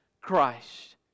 Christ